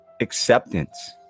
acceptance